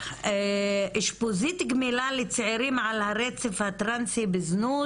אשפוזית גמילה לצעירים על הרצף הטרנסי בזנות